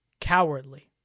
cowardly